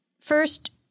first